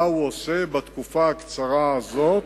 מה הוא עושה בתקופה הקצרה הזאת,